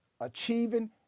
achieving